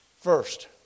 first